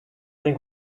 think